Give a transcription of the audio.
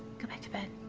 go back to bed.